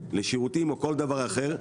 לשירותים או כל דבר אחר,